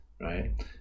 Right